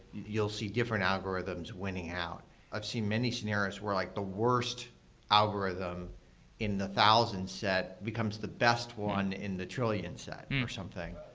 you'll see different algorithms winning out i've seen many scenarios where like the worst algorithm in the thousand set becomes the best one in the trillion set, or something.